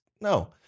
No